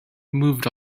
moved